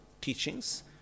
teachings